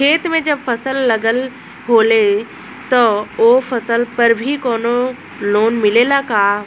खेत में जब फसल लगल होले तब ओ फसल पर भी कौनो लोन मिलेला का?